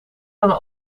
dan